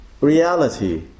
reality